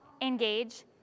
engage